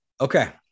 Okay